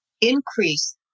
increase